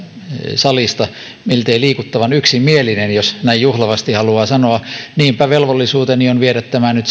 salista miltei liikuttavan yksimielinen jos näin juhlavasti haluaa sanoa niinpä velvollisuuteni on viedä tämä nyt